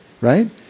right